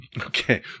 Okay